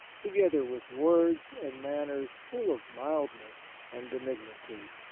together with words and manners full of mildness and benignity.